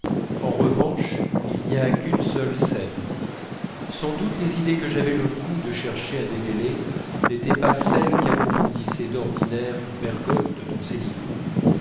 en revanche il n'y a qu'une seule scène sans doute les idées que j'avais le goût de chercher à démêler n'étaient pas celles qu'approfondissait d'ordinaire bergotte dans ses livres